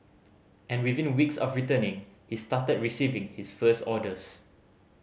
and within weeks of returning he started receiving his first orders